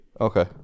Okay